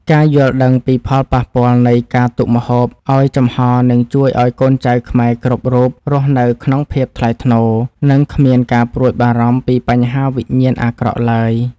ការយល់ដឹងពីផលប៉ះពាល់នៃការទុកម្ហូបឱ្យចំហរនឹងជួយឱ្យកូនចៅខ្មែរគ្រប់រូបរស់នៅក្នុងភាពថ្លៃថ្នូរ និងគ្មានការព្រួយបារម្ភពីបញ្ហាវិញ្ញាណអាក្រក់ឡើយ។